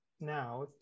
now